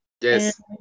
Yes